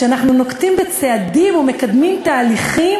שאנחנו נוקטים צעדים ומקדמים תהליכים